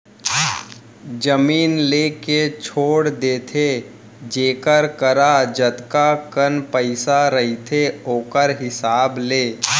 जमीन लेके छोड़ देथे जेखर करा जतका कन पइसा रहिथे ओखर हिसाब ले